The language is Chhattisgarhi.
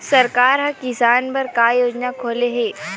सरकार ह किसान बर का योजना खोले हे?